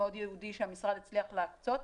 מאוד ייעודי שהמשרד הצליח להקצות.